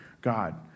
God